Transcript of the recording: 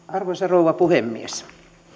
arvoisa rouva puhemies